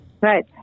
Right